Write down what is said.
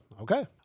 okay